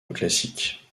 classique